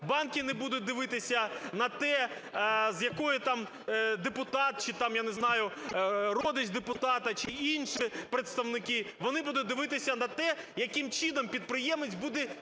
банки не будуть дивитися на те, депутат чи там, я не знаю, родич депутата, чи інші представники, вони будуть дивитися на те, яким чином підприємець буде віддавати